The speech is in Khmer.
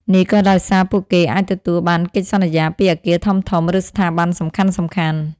នេះក៏ដោយសារពួកគេអាចទទួលបានកិច្ចសន្យាពីអគារធំៗ ឬស្ថាប័នសំខាន់ៗ។